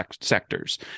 sectors